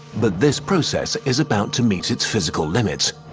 but this process is about to meet its physical limits.